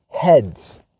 heads